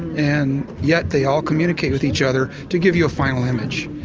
and yet they all communicate with each other to give you a final image.